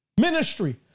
ministry